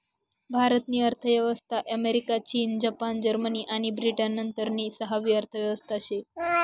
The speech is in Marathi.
भारत नी अर्थव्यवस्था अमेरिका, चीन, जपान, जर्मनी आणि ब्रिटन नंतरनी सहावी अर्थव्यवस्था शे